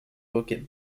bukit